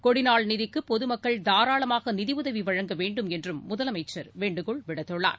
கொடிநாள் நிதிக்குபொதுமக்கள் தாராளமாகநிதியுதவிவழங்க வேண்டும் என்றும் முதலமைச்சர் வேண்டுகோள் விடுத்துள்ளார்